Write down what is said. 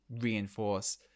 reinforce